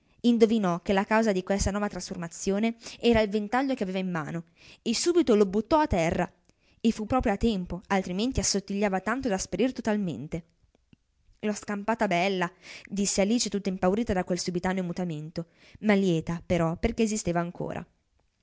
indovinò che la causa di questa nuova trasformazione era il ventaglio che aveva in mano e subito lo buttò a terra e fu proprio a tempo altrimenti assottigliava tanto da sparire totalmente l'ho scampata bella disse alice tutta impaurita da quel subitaneo mutamento ma lieta però perchè esisteva ancora